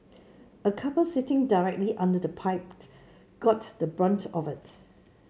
a couple sitting directly under the pipe got the brunt of it